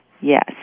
yes